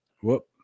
whoop